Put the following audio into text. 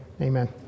amen